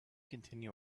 continue